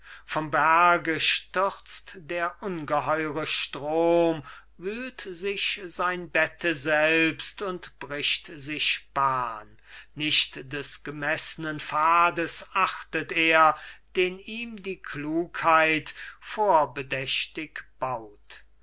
vom berge stürzt der ungeheure strom wühlt sich sein bette selbst und bricht sich bahn nicht des gemeßnen pfades achtet er den ihm die klugheit vorbedächtig baut